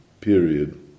period